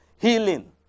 Healing